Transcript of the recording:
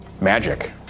Magic